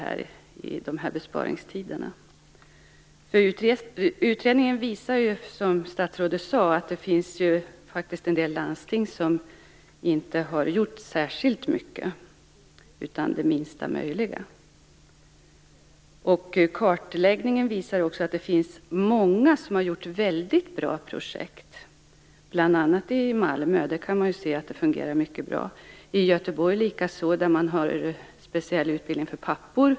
Som statsrådet sade visade utredningen att det faktiskt finns en del landsting som inte har gjort särskilt mycket utan bara minsta möjliga. Kartläggningen visar också att det finns många som har gjort väldigt bra projekt, bl.a. i Malmö. Där ser man att det fungerar mycket bra, liksom i Göteborg där man har speciell utbildning för pappor.